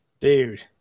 dude